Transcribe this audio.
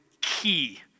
key